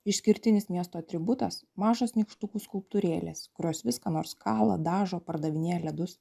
išskirtinis miesto atributas mažos nykštukų skulptūrėlės kurios vis ką nors kala dažo pardavinėja ledus